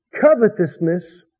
Covetousness